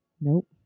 Nope